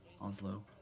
Oslo